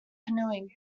canoeing